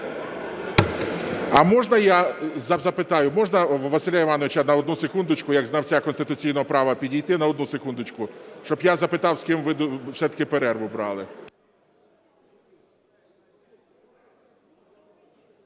А можна я запитаю? Можна Василя Івановича на одну секундочку як знавця конституційного права підійти, на одну секундочку, щоб я запитав, з ким ви все-таки перерву брали?